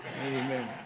Amen